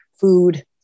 food